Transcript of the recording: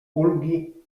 ulgi